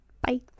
Bye